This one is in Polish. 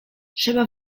trzeba